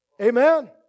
Amen